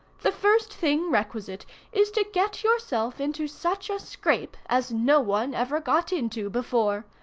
the first thing requisite is to get yourself into such a scrape as no one ever got into before.